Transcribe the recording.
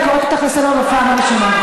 אני קוראת אותך לסדר בפעם הראשונה.